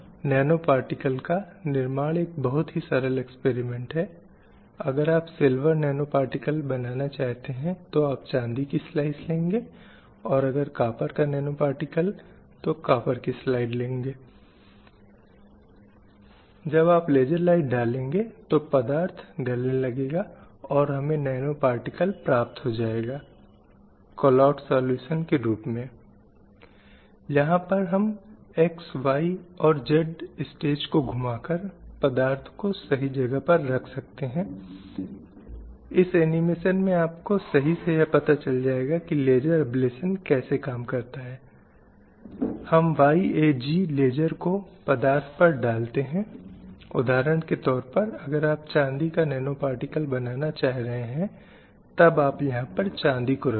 कहीं कहीं पारंपरिक रूप से कहा जाए तो यह है कि कि ऐसी नौकरियों में महिलाओं को काम पर रखने के लिए सबसे अधिक अनुपयुक्त समझा गया लेकिन जैसा कि हम बदलते समय के साथ देखते हैं कि ये बाधाएं अथवा ये मिथक जो एक व्यक्ति के दिमाग में हैं टूट रहे हैं और इन मिथकों के टूटने के साथ हमें और अधिक महिलाएं आकर उन गतिविधियों में शामिल होती मिल रही हैं और जो तब तक केवल पुरुष प्रधान मानी जाती थी या जो केवल पुरुष ही कर सकते थे